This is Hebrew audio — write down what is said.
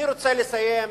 אני רוצה לסיים,